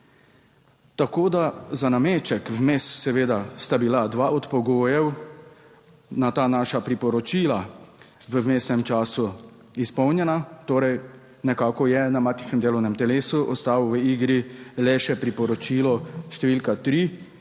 Tako da za nameček vmes seveda sta bila dva od pogojev na ta naša priporočila v vmesnem času izpolnjena. Torej, nekako je na matičnem delovnem telesu ostal v igri le še priporočilo številka tri